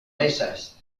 mesas